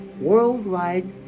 worldwide